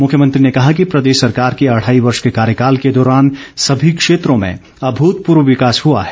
मुख्यमंत्री ने कहा कि प्रदेश सरकार के अढ़ाई वर्ष के कार्यकाल के दौरान सभी क्षेत्रों में अभूतपूर्व विकास हुआ है